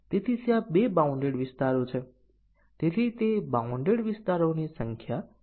અને તે પછી આપણી પાસે અહીં સૂચિબદ્ધ સત્ય મૂલ્યો છે